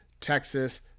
Texas